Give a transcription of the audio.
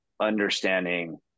understanding